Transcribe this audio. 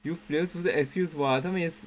youth players 不是 excuse what 他们也是